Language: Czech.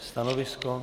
Stanovisko?